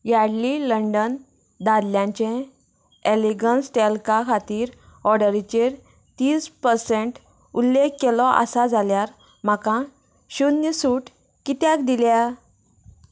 Yardley London दादल्यांचें elegance टॅल्का खातीर ऑर्डरीचेर तीस परसेंट उल्लेख केल्लो आसा जाल्यार म्हाका शुन्य सूट कित्याक दिल्या